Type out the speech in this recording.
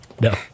No